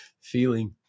feeling